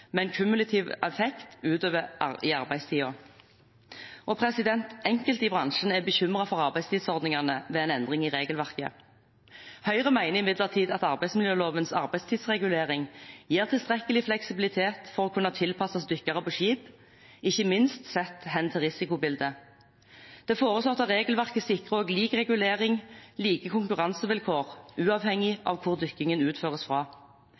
kumulativ effekt utover i arbeidstiden. Enkelte i bransjen er bekymret for arbeidstidsordningene ved en endring i regelverket. Høyre mener imidlertid at arbeidsmiljølovens arbeidstidsregulering gir tilstrekkelig fleksibilitet for å kunne tilpasses dykkere på skip, ikke minst sett hen til risikobildet. Det foreslåtte regelverket sikrer også lik regulering og like konkurransevilkår, uavhengig av hvor dykkingen utføres fra.